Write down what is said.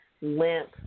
limp